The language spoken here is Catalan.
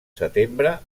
setembre